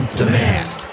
demand